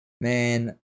man